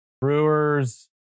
Brewers